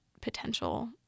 potential